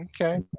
Okay